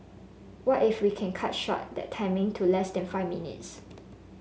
what if we can cut short that timing to less than five minutes